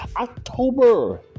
October